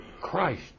Christ